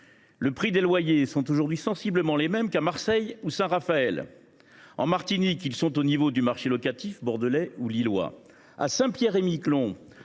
les loyers sont aujourd’hui sensiblement les mêmes qu’à Marseille ou à Saint Raphaël. En Martinique, ils sont au niveau du marché locatif bordelais ou lillois. À Saint Pierre et Miquelon,